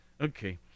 Okay